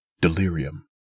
Delirium